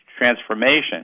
transformation